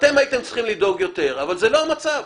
הייתם צריכים לדאוג יותר, אבל זה לא המצב.